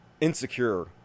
insecure